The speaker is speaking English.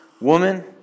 Woman